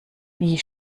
wie